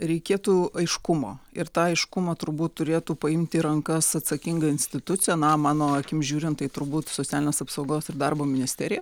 reikėtų aiškumo ir tą aiškumą turbūt turėtų paimti į rankas atsakinga institucija na mano akim žiūrint tai turbūt socialinės apsaugos ir darbo ministerija